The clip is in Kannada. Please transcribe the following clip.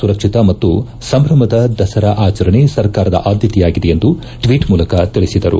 ಸುರಕ್ಷಿತ ಮತ್ತು ಸಂಭ್ರಮದ ದಸರಾ ಆಚರಣೆ ಸರ್ಕಾರದ ಆದ್ಯತೆಯಾಗಿದೆ ಎಂದು ಟ್ನೀಟ್ ಮೂಲಕ ತಿಳಿಸಿದರು